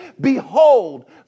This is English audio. Behold